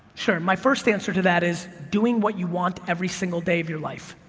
sure, my first answer to that is doing what you want every single day of your life.